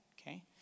okay